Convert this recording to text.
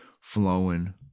flowing